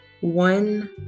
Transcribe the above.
one